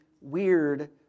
weird